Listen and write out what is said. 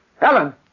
Ellen